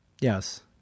Yes